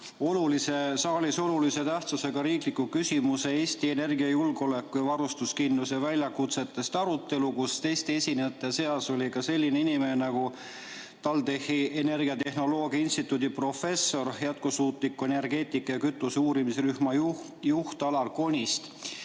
saalis olulise tähtsusega riikliku küsimuse "Eesti energiajulgeoleku ja varustuskindluse väljakutsetest" arutelu, kus teiste esinejate seas oli selline inimene nagu TalTechi energiatehnoloogia instituudi professor, jätkusuutliku energeetika ja kütuste uurimisrühma juht Alar Konist.